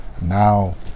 Now